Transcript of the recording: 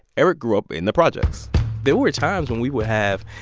eric grew up in the projects there were times when we would have,